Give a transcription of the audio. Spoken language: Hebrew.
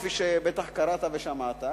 כפי שבטח קראת ושמעת,